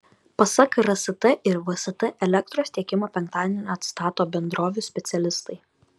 pasak rst ir vst elektros tiekimą penktadienį atstato bendrovių specialistai